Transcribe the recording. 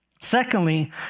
Secondly